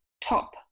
top